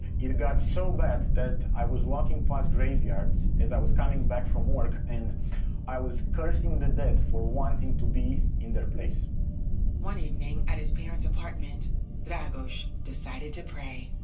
it got so bad that i was walking past graveyards as i was coming back from work and i was cursing the dead for wanting to be in their place. reporter one evening at his parents apartment dragos decided to pray.